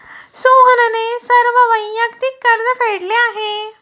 सोहनने सर्व वैयक्तिक कर्ज फेडले आहे